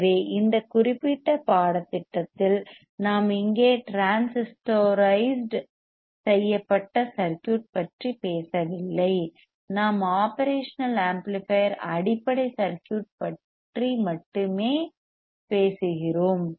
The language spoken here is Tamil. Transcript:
எனவே இந்த குறிப்பிட்ட பாடத்திட்டத்தில் நாம் இங்கே டிரான்சிஸ்டோரைஸ்ட் செய்யப்பட்ட சர்க்யூட் பற்றி பேசவில்லை நாம் ஒப்ரேஷனல் ஆம்ப்ளிபையர் அடிப்படை சர்க்யூட் பற்றி மட்டுமே பேசுகிறோம்